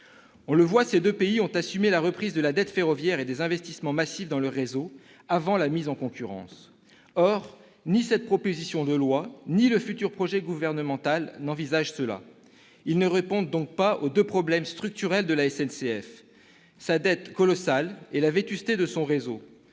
On le voit, ces deux pays ont assumé la reprise de la dette ferroviaire et des investissements massifs dans leur réseau avant la mise en concurrence. Or ni cette proposition de loi ni le futur projet gouvernemental n'envisagent cela. Ils ne répondent donc pas aux deux problèmes structurels de la SNCF : sa dette colossale et la vétusté de son réseau,